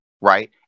right